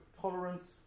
tolerance